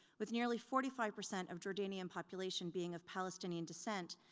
with nearly forty five percent of jordanian population being of palestinian descent,